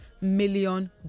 million